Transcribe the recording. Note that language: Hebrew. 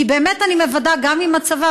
כי באמת אני מוודאת גם עם הצבא,